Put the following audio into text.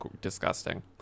disgusting